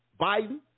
Biden